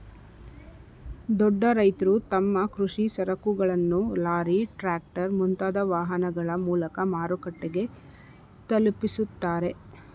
ದೊಡ್ಡ ರೈತ್ರು ತಮ್ಮ ಕೃಷಿ ಸರಕುಗಳನ್ನು ಲಾರಿ, ಟ್ರ್ಯಾಕ್ಟರ್, ಮುಂತಾದ ವಾಹನಗಳ ಮೂಲಕ ಮಾರುಕಟ್ಟೆಗೆ ತಲುಪಿಸುತ್ತಾರೆ